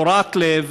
קורע לב,